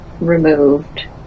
removed